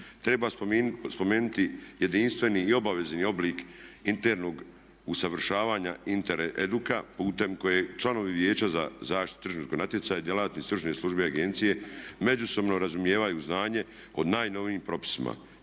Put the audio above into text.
Treba spomenuti jedinstveni i obavezni oblik internog usavršavanja Intereduca putem kojeg članovi Vijeća za zaštitu tržišnog natjecanja i djelatnici stručne službe agencije međusobno razumijevaju znanje o najnovijim propisima,